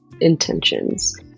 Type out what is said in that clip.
intentions